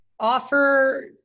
offer